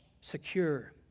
secure